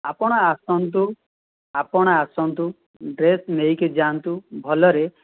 ଆପଣ ଆସନ୍ତୁ ଆପଣ ଆସନ୍ତୁ ଡ୍ରେସ୍ ନେଇକି ଯାଆନ୍ତୁ ଭଲରେ